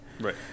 Right